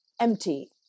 empty